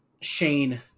Shane